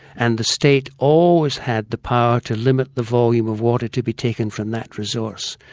and the state always had the power to limit the volume of water to be taken from that resource.